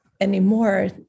anymore